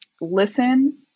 listen